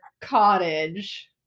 cottage